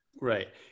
Right